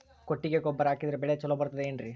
ಕೊಟ್ಟಿಗೆ ಗೊಬ್ಬರ ಹಾಕಿದರೆ ಬೆಳೆ ಚೊಲೊ ಬರುತ್ತದೆ ಏನ್ರಿ?